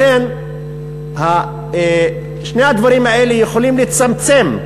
לכן, שני הדברים האלה יכולים לצמצם,